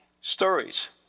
stories